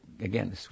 Again